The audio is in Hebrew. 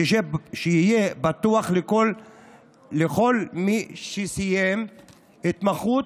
שיהיה פתוח לכל מי שסיים התמחות,